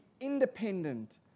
independent